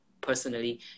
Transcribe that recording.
personally